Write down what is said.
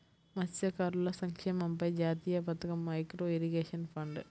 మత్స్యకారుల సంక్షేమంపై జాతీయ పథకం, మైక్రో ఇరిగేషన్ ఫండ్